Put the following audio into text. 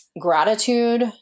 gratitude